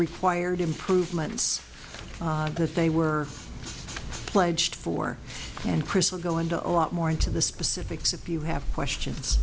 required improvements that they were pledged for and chris will go into a lot more into the specifics if you have questions